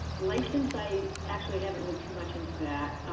license, i actually haven't looked too much into that.